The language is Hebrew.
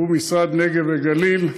הוא משרד נגב וגליל.